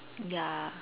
ya